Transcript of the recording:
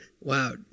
wow